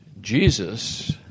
Jesus